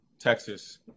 Texas